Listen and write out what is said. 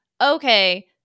okay